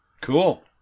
Cool